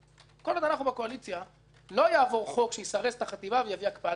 לא יעבור חוק שיסרס את החטיבה ויביא הקפאת בנייה,